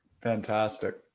Fantastic